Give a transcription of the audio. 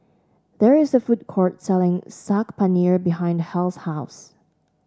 there is a food court selling Saag Paneer behind Hal's house